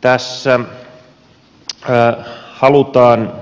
tässä halutaan